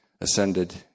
ascended